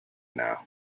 now